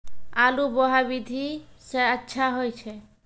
आलु बोहा विधि सै अच्छा होय छै?